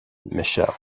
michele